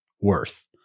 worth